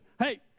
hey